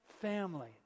family